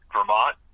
Vermont